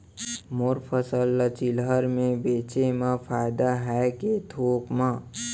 मोर फसल ल चिल्हर में बेचे म फायदा है के थोक म?